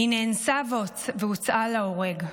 היא נאנסה והוצאה להורג.